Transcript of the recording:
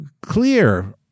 clear